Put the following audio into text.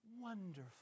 wonderful